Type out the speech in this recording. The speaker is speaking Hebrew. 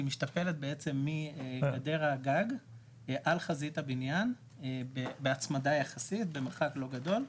היא משתפלת מגדר הגג על חזית הבנין בהצמדה יחסית במרחק לא גדול,